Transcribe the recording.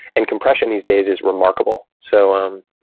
and compression these days is remarkable. so, um